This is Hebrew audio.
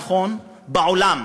נכון, בעולם.